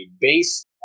base